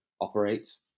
operates